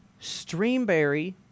Streamberry